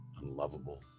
unlovable